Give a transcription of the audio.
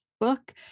book